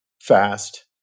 fast